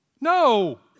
No